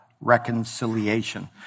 reconciliation